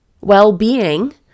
well-being